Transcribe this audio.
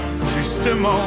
Justement